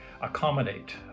accommodate